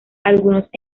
algunos